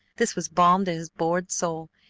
this was balm to his bored soul.